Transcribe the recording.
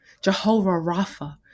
Jehovah-Rapha